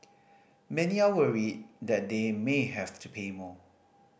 many are worried that they may have to pay more